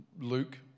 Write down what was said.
Luke